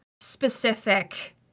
specific